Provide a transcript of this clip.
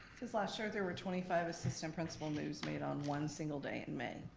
cause last year there were twenty five assistant principal moves made on one single day in may.